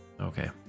Okay